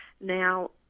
Now